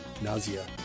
nausea